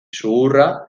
zuhurra